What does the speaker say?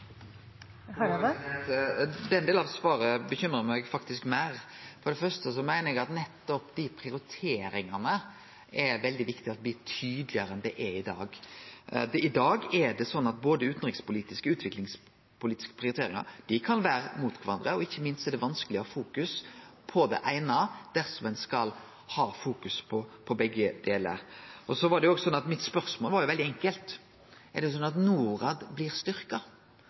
Den delen av svaret bekymrar meg faktisk meir. For det første meiner eg at det er veldig viktig at nettopp dei prioriteringane blir tydelegare enn dei er i dag. I dag er det slik at både utanrikspolitiske og utviklingspolitiske prioriteringar kan stå mot kvarandre, og ikkje minst er det vanskeleg å ha fokus på det eine dersom ein skal ha fokus på begge delar. Mitt spørsmål var veldig enkelt. Er det slik at Norad blir styrkt? Det meiner eg er